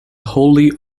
wholly